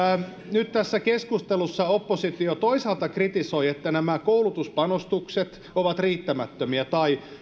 nyt tässä keskustelussa oppositio toisaalta kritisoi että nämä koulutuspanostukset ovat riittämättömiä tai